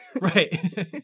right